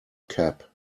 cap